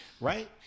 Right